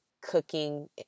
cooking